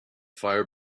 fire